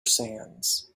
sands